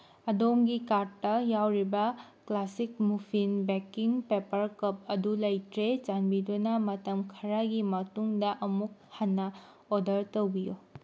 ꯑꯗꯣꯝꯒꯤ ꯀꯥꯔꯠꯇ ꯌꯥꯎꯔꯤꯕ classic muffin baking paper cup ꯑꯗꯨ ꯂꯩꯇ꯭ꯔꯦ ꯆꯥꯟꯕꯤꯗꯨꯅ ꯃꯇꯝ ꯈꯔꯒꯤ ꯃꯇꯨꯡꯗ ꯑꯃꯨꯛ ꯍꯟꯅ ꯑꯣꯔꯗꯔ ꯇꯧꯕꯤꯌꯨ